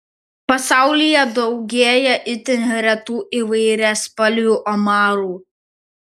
pasaulyje daugėja itin retų įvairiaspalvių omarų